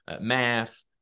math